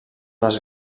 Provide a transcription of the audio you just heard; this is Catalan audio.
les